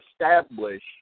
establish